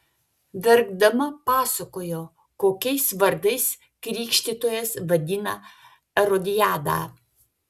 verkdama pasakojo kokias vardais krikštytojas vadina erodiadą